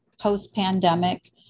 post-pandemic